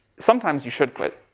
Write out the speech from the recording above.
sometimes you should quit.